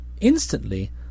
Instantly